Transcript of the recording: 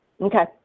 Okay